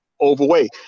overweight